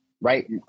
right